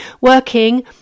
working